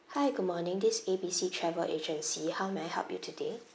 hi good morning this is A B C travel agency how may I help you today